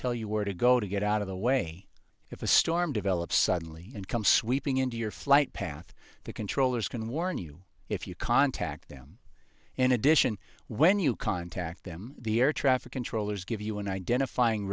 tell you where to go to get out of the way if a storm develops suddenly and comes sweeping into your flight path the controllers can warn you if you contact them in addition when you contact them the air traffic controllers give you an identifying